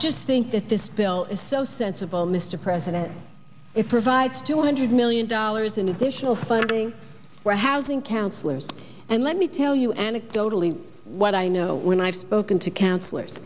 just think that this bill is so sensible mr president it provides two hundred million dollars in additional funding for housing counselors and let me tell you anecdotally what i know i've spoken to counselors